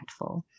impactful